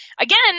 Again